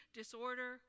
disorder